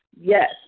Yes